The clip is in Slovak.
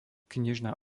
knižná